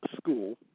school